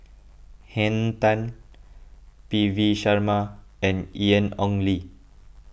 Henn Tan P V Sharma and Ian Ong Li